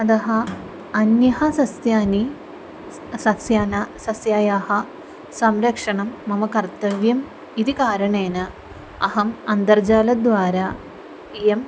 अतः अन्यः सस्यानि सस्यानां सस्यानां संरक्षणं मम कर्तव्यम् इति कारणेन अहम् अन्तर्जालद्वारा इयम्